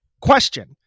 Question